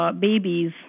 babies